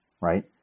right